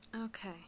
Okay